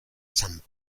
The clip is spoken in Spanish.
san